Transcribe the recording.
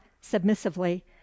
submissively